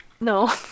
No